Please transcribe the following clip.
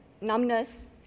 numbness